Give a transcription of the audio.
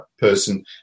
person